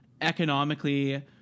economically